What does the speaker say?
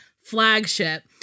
flagship